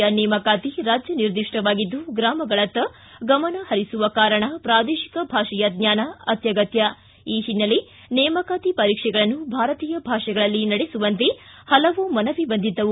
ಯ ನೇಮಕಾತಿ ರಾಜ್ಯ ನಿರ್ದಿಷ್ಟವಾಗಿದ್ದು ಗ್ರಾಮಗಳತ್ತ ಗಮನ ಪರಿಸುವ ಕಾರಣ ಪ್ರಾದೇಶಿಕ ಭಾಷೆಯ ಜ್ವಾನ ಅತ್ಯಗತ್ತ್ವ ಈ ಹಿನ್ನೆಲೆ ನೇಮಕಾತಿ ಪರೀಕ್ಷಗಳನ್ನು ಭಾರತೀಯ ಭಾಷೆಗಳಲ್ಲಿ ನಡೆಸುವಂತೆ ಪಲವು ಮನವಿ ಬಂದಿದ್ದವು